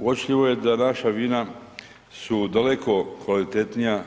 Uočljivo je da naša vina su daleko kvalitetnija